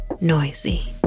noisy